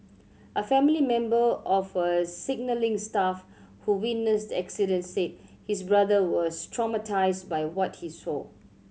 a family member of a signalling staff who witnessed the accident said his brother was traumatised by what he saw